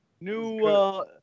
New